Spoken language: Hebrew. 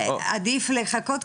עדיף לחכות,